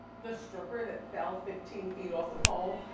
the stripper that fell fifteen feet off the pole?